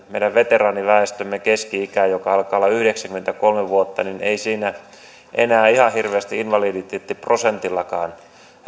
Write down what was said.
meidän koko veteraaniväestömme keski ikää joka alkaa olla yhdeksänkymmentäkolme vuotta niin ei siinä enää ihan hirveästi invaliditeettiprosentillakaan